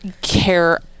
care